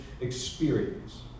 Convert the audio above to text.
experience